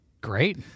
Great